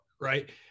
right